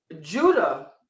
Judah